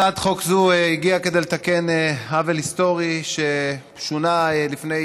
הצעת חוק זו הגיעה כדי לתקן עוול היסטורי ששונה לפני